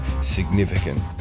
significant